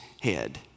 head